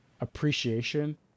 appreciation